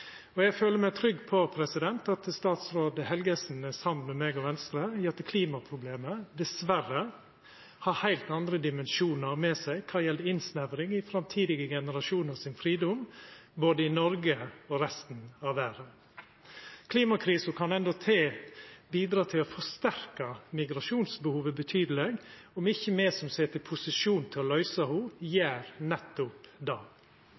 Eg føler meg trygg på at statsråd Helgesen er samd med meg og Venstre i at klimaproblemet dessverre har heilt andre dimensjonar med seg kva gjeld innsnevring i framtidige generasjonar sin fridom, både i Noreg og i resten av verda. Klimakrisa kan endåtil bidra til å forsterka migrasjonsbehovet betydeleg om ikkje me som sit i posisjon til å løysa ho, gjer nettopp det.